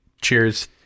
cheers